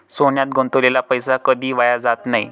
सोन्यात गुंतवलेला पैसा कधीही वाया जात नाही